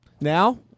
Now